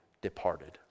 departed